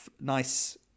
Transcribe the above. nice